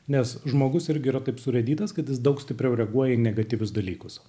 nes žmogus irgi yra taip surėdytas kad jis daug stipriau reaguoja į negatyvius dalykus